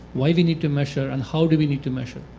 why we need to measure, and how do we need to measure.